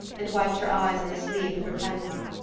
and wiped her eyes on the sleeve of her peignoir.